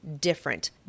different